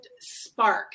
spark